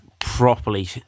properly